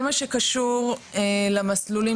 כל מה שקשור להשוואת